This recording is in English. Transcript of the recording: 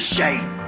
Shape